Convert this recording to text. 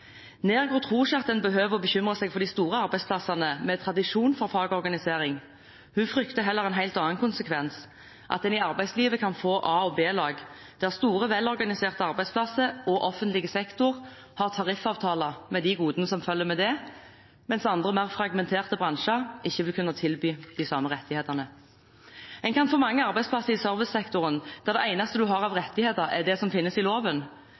Nergaard tror ikke at man behøver å bekymre seg for de store arbeidsplassene med tradisjon for fagorganisering. Hun frykter heller en helt annen konsekvens – at man i arbeidslivet kan få A- og B-lag, der store, velorganiserte arbeidsplasser og offentlig sektor har tariffavtaler, med de godene som følger med det, mens andre, mer fragmenterte bransjer ikke vil kunne tilby de samme rettighetene. En kan få mange arbeidsplasser i servicesektoren der det eneste en har av rettigheter, er det som finnes i loven.